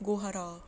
goo hara